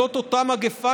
זאת אותה מגפה